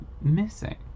missing